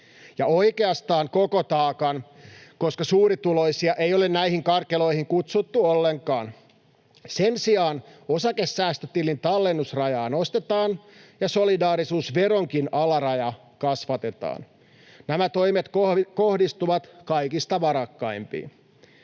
oikeastaan koko taakan, koska suurituloisia ei ole näihin karkeloihin kutsuttu ollenkaan. Sen sijaan osakesäästötilin tallennusrajaa nostetaan ja solidaarisuusveronkin alarajaa kasvatetaan. Nämä toimet kohdistuvat kaikista varakkaimpiin.